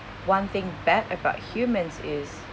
one thing bad about humans is